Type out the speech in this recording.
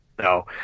No